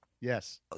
Yes